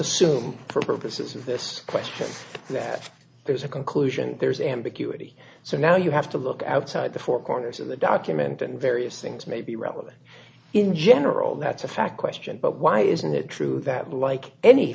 assume for purposes of this question that there's a conclusion there's ambiguity so now you have to look outside the four corners of the document and various things may be relevant in general that's a fact question but why isn't it true that like any